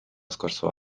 scorso